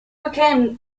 became